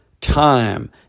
time